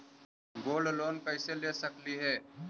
Gold loan कैसे ले सकली हे?